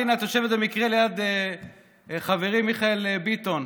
והינה את יושבת במקרה ליד חברי מיכאל ביטון,